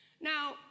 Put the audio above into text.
Now